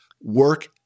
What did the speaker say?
work